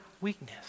weakness